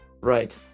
right